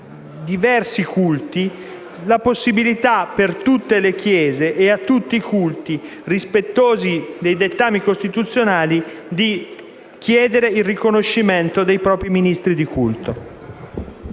restituire la possibilità per tutte le Chiese e per tutti i culti rispettosi dei dettami costituzionali di chiedere il riconoscimento dei propri ministri di culto.